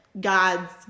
God's